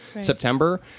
September